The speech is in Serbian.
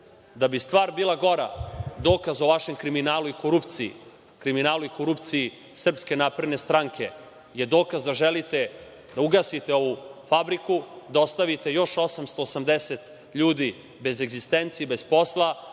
Da bi stvar bila gora, dokaz o vašem kriminalu i korupciji, kriminalu i korupciji SNS je dokaz da želite da ugasite ovu fabriku, da ostavite još 880 ljudi bez egzistencije, bez posla,